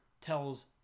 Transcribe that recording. tells